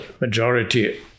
majority